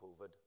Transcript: COVID